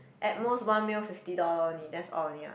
at most one meal fifty dollar only that's all only ah